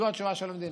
זו התשובה של המדינה.